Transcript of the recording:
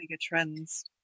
trends